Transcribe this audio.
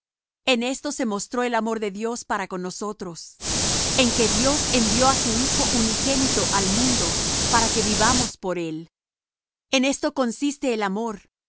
en esto se mostró el amor de dios para con nosotros en que dios envió á su hijo unigénito al mundo para que vivamos por él en esto consiste el amor